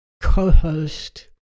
co-host